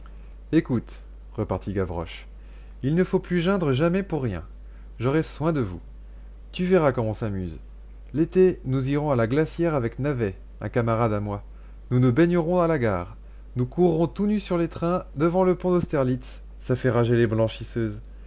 écoute repartit gavroche il ne faut plus geindre jamais pour rien j'aurai soin de vous tu verras comme on s'amuse l'été nous irons à la glacière avec navet un camarade à moi nous nous baignerons à la gare nous courrons tout nus sur les trains devant le pont d'austerlitz ça fait rager les blanchisseuses